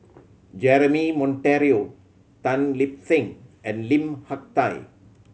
Jeremy Monteiro Tan Lip Seng and Lim Hak Tai